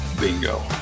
Bingo